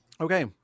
Okay